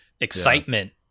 excitement